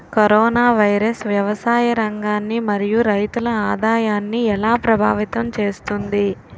Corona virus వ్యవసాయ రంగాన్ని మరియు రైతుల ఆదాయాన్ని ఎలా ప్రభావితం చేస్తుంది?